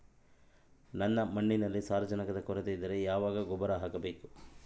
ನನ್ನ ಮಣ್ಣಿನಲ್ಲಿ ಸಾರಜನಕದ ಕೊರತೆ ಇದ್ದರೆ ಯಾವ ಗೊಬ್ಬರ ಹಾಕಬೇಕು?